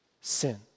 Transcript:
sin